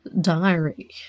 diary